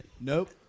Nope